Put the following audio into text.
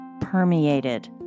permeated